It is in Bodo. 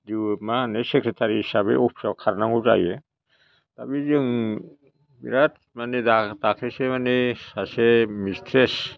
दिव मा होनो सेक्रेटारि हिसाबै अफिसयाव खारनांगौ जायो दा बे जों बेराद माने दा दाख्लैसो माने सासे मिस्ट्रेस